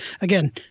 Again